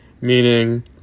Meaning